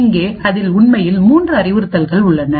இங்கே அதில் உண்மையில் 3 அறிவுறுத்தல்கள் உள்ளன